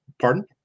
Pardon